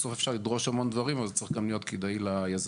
בסוף אפשר לדרוש המון דברים אבל זה צריך גם להיות כדאי ליזמים.